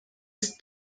ist